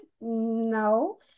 no